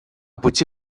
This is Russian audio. пути